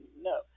No